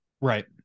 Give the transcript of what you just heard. Right